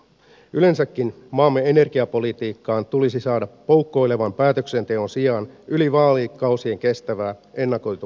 yleensäkin maamme energiapolitiikkaan tulisi saada poukkoilevan päätöksenteon sijaan yli vaalikausien kestävää ennakoitavuutta